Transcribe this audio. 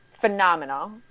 phenomenal